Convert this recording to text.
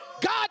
God